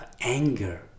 anger